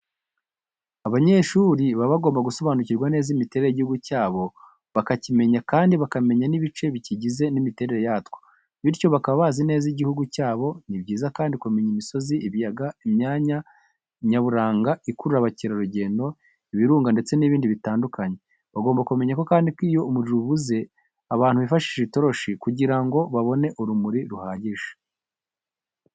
Abanyeshuri baba bagomba gusobanukirwa neza imiterere y'igihugu cyabo bakakimenya kandi bakamenya n'ibice bikigize n'imiterere yatwo bityo baka bazi neza igihugu cyabo. Ni byiza kandi kumenya imisozi, ibiyaga , imyanya nyaburanga ikurura abakerarugendo, ibirunga ndetse n'ibindi bitandukanye. Bagomba kumenya ko kandi iyo umuriro ubuze abantu bifashisha itoroshi kugira ngo babone urumuri ruhagije.